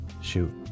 shoot